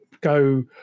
Go